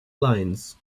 lines